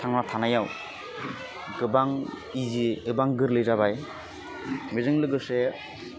थांना थानायाव गोबां इजि एबा गोरलै जाबाय बेजों लोगोसे